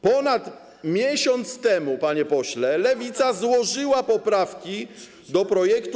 Ponad miesiąc temu, panie pośle, Lewica złożyła poprawki do projektu.